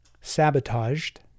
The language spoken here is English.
sabotaged